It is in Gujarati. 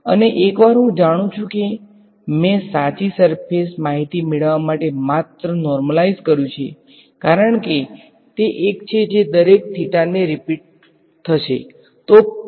અને એકવાર હું જાણું છું કે મેં સાચી સર્ફેસ માહીતી મેળવવા માટે માત્ર નોર્મલાઈઝ કર્યુ છે કારણ કે તે એક છે જે દરેક એ રીપીટ થશે